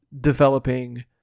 developing